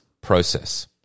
process